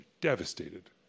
devastated